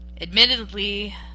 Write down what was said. Admittedly